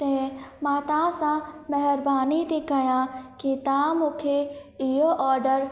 ते मां तव्हां सां महिरबानी थी कयां की तव्हां मूंखे इहो ऑडर